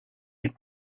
une